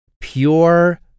Pure